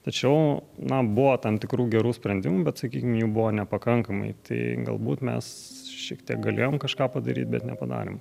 tačiau na buvo tam tikrų gerų sprendimų bet sakykim jų buvo nepakankamai tai galbūt mes šiek tiek galėjom kažką padaryti bet nepadarėm